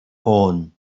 hand